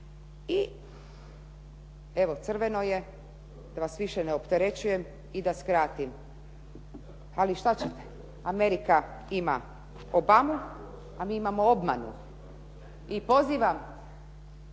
I evo, crveno je, da vas više ne opterećujem i da skratim, ali što ćete, Amerika ima Obamu, a mi imamo obmanu i pozivam